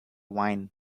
wine